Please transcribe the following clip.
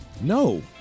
No